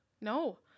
No